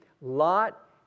Lot